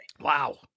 Wow